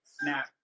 snap